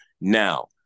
Now